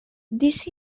this